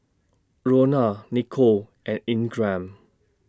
Lona Nichole and Ingram